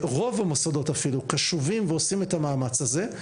רוב המוסדות קשובים ועושים את המאמץ הזה,